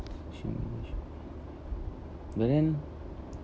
change but then